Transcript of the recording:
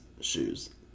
shoes